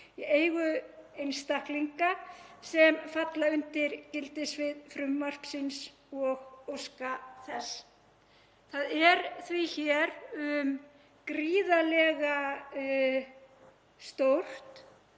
í eigu einstaklinga sem falla undir gildissvið frumvarpsins og óska þess. Það er því hér um gríðarlega stórt,